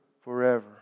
forever